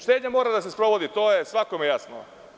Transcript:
Štednja mora da se sprovodi, to je svakome jasno.